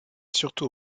surtout